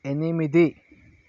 ఎనిమిది